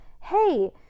Hey